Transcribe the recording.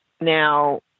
now